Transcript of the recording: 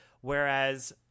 whereas